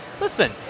Listen